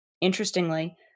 Interestingly